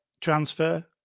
transfer